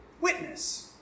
witness